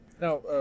now